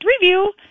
review